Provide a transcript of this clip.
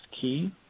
key